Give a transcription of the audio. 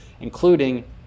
including